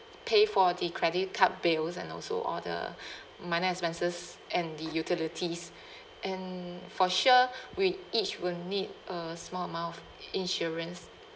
pay for the credit card bills and also all the minor expenses and the utilities and for sure we each will need a small amount of insurance